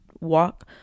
walk